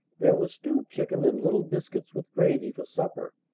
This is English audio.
there was stewed chicken and little biscuits with gravy for supper.